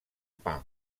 punk